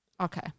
Okay